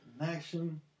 action